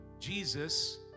Jesus